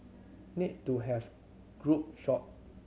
need to have group shot